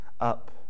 up